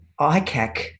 ICAC